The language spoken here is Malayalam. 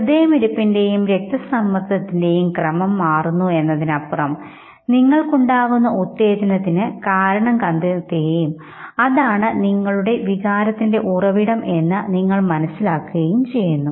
ഹൃദയമിടിപ്പിന്റെയും രക്തസമ്മർദ്ദത്തിന്റെയും ക്രമം മാറുന്നു എന്നതിനപ്പുറം നിങ്ങൾക്കുണ്ടാകുന്ന ഉത്തേജനത്തിന് അതിന് കാരണം കണ്ടെത്തുകയും അതാണ് നിങ്ങളുടെ വികാരത്തിൻറെ ഉറവിടം എന്ന് നിങ്ങൾ മനസ്സിലാക്കുകയും ചെയ്യുന്നു